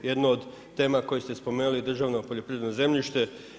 Jedna od tema koje ste spomenuli je državno poljoprivredno zemljište.